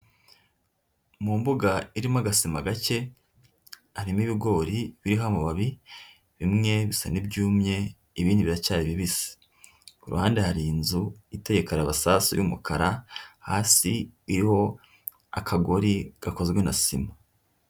Mu mbuga irimo agasima gake, harimo ibigori biriho amababi, bimwe bisa n'ibyumye ibindi biracyari bibisi, ku ruhande hari inzu iteye karabasasu y'umukara hasi iriho akagori gakozwe na sima.